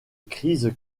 crise